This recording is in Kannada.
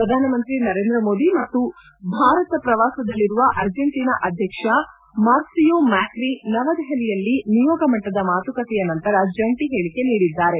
ಪ್ರಧಾನಮಂತ್ರಿ ನರೇಂದ್ರ ಮೋದಿ ಮತ್ತು ಭಾರತ ಪ್ರವಾಸದಲ್ಲಿರುವ ಅರ್ಜಿಂಟೀನಾದ ಅಧ್ಯಕ್ಷ ಮಾರ್ಗಿಯೋ ಮ್ಯಾಕ್ರಿ ನವದೆಹಲಿಯಲ್ಲಿ ನಿಯೋಗ ಮಟ್ಟದ ಮಾತುಕತೆಯ ನಂತರ ಜಂಟಿ ಹೇಳಿಕೆ ನೀಡಿದ್ದಾರೆ